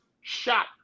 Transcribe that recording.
shot